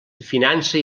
finança